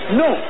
no